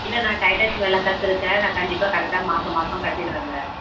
இல்லை நான் டயட்டக்ஸ் வேலை கற்றிருக்கேன் நான் கண்டிப்பாக கரெக்டா மாதம் மாதம் கட்டிடுவேங்க